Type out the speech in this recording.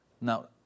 Now